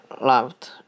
loved